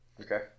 Okay